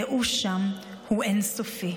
הייאוש שם הוא אין-סופי.